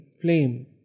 flame